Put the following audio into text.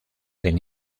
del